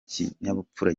kinyabupfura